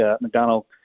McDonald